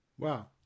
Wow